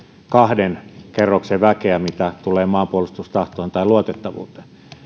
kahden kerroksen väkeä mitä tulee maanpuolustustahtoon tai luotettavuuteen